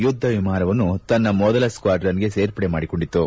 ಯುದ್ದ ವಿಮಾನವನ್ನು ತನ್ನ ಮೊದಲ ಸ್ಟ್ವಾಡನ್ನರಲ್ಲಿ ಸೇರ್ಪಡೆ ಮಾಡಿಕೊಂಡಿತು